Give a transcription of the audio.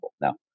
Now